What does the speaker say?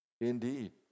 Indeed